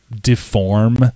deform